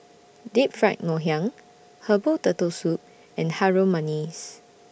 Deep Fried Ngoh Hiang Herbal Turtle Soup and Harum Manis